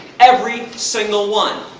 every single one,